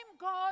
God